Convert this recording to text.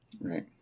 Right